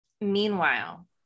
meanwhile